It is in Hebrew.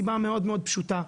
סיבה מאד מאוד פשוטה.